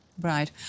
Right